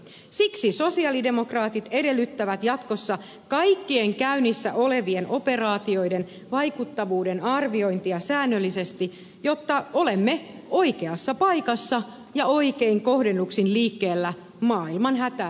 siksi sosialidemokraatit edellyttävät jatkossa kaikkien käynnissä olevien operaatioiden vaikuttavuuden arviointia säännöllisesti jotta olemme oikeassa paikassa ja oikein kohdennuksin liikkeellä maailman hätää lievittämässä